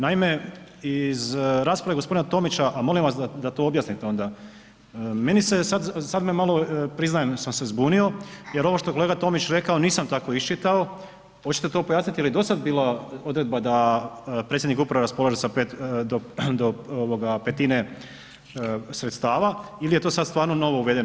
Naime, iz rasprave g. Tomića, a molim vas da to objasnite onda, meni se sad, sad me malo, priznajem da sam se zbunio jer ovo što je kolega Tomić rekao, nisam tako isčitao, hoćete to pojasnit je li do sad bilo odredba da predsjednik uprave raspolaže sa do petine sredstava il je to sad stvarno novo uvedeno?